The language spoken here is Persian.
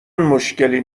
مشکلی